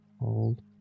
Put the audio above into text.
hold